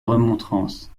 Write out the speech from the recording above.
remontrances